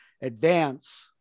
advance